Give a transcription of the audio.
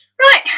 right